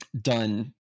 done